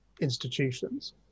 institutions